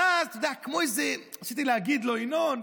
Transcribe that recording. ואז ניסיתי להגיד לו: ינון,